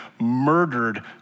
murdered